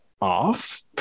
off